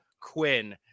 Quinn